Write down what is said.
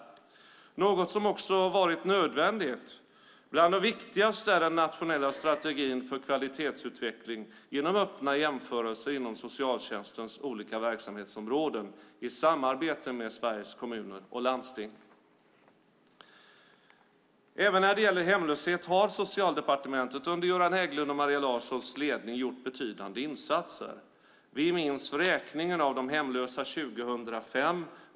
Det är något som också har varit nödvändigt. Bland det viktigaste är den nationella strategin för kvalitetsutveckling genom öppna jämförelser inom socialtjänstens olika verksamhetsområden i samarbete med Sveriges Kommuner och Landsting. Även när det gäller hemlöshet har Socialdepartementet under Göran Hägglunds och Maria Larssons ledning gjort betydande insatser. Vi minns räkningen av de hemlösa 2005.